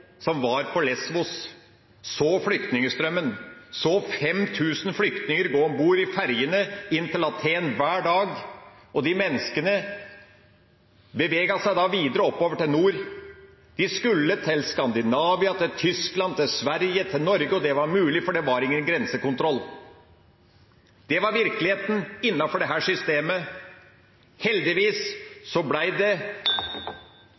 som var på Lésvos og så flyktningstrømmen, så 5 000 flyktninger gå om bord i ferjene inn til Athen hver dag, og de menneskene bevegde seg videre oppover til nord. De skulle til Skandinavia, til Tyskland, til Sverige, til Norge, og det var mulig, for det var ingen grensekontroll. Det var virkeligheten innenfor dette systemet. Heldigvis ble det